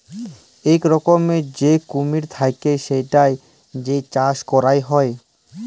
ইক রকমের যে কুমির থাক্যে সেটার যে চাষ ক্যরা হ্যয়